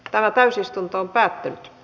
tämä täysistunto päättyi